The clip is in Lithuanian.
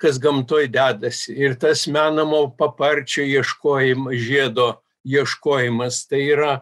kas gamtoj dedasi ir tas menamo paparčio ieškojimai žiedo ieškojimas tai yra